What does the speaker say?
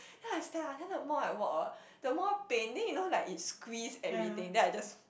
then I stand up then the more I walk hor the more pain then you know like it squeeze everything then I just